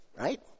right